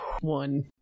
one